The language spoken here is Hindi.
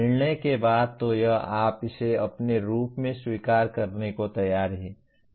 निर्णय के बाद तो यह आप इसे अपने रूप में स्वीकार करने को तैयार हैं